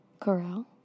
corral